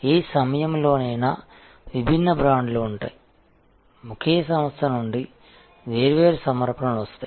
ఏ సమయంలోనైనా విభిన్న బ్రాండ్లు ఉంటాయి ఒకే సంస్థ నుండి వేర్వేరు సమర్పణలు వస్తాయి